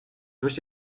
durch